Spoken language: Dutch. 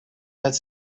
met